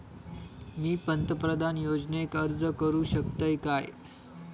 मी पंतप्रधान योजनेक अर्ज करू शकतय काय?